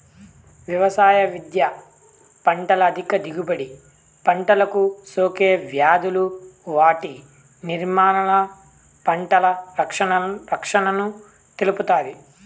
వ్యవసాయ విద్య పంటల అధిక దిగుబడి, పంటలకు సోకే వ్యాధులు వాటి నిర్మూలన, పంటల రక్షణను తెలుపుతాది